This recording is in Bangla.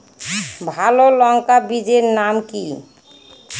ভালো লঙ্কা বীজের নাম কি?